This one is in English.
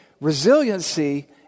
resiliency